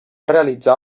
realitzar